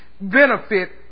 benefit